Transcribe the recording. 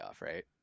right